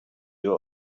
you